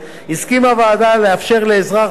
הסכימה הוועדה לאפשר לאזרח ותיק,